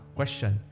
question